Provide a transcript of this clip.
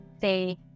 say